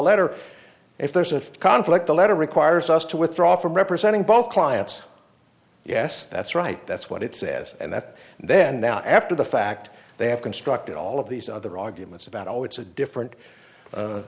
letter if there's a conflict the letter requires us to withdraw from representing both clients yes that's right that's what it says and that then now after the fact they have constructed all of these other arguments about always a different